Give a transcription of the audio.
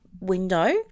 window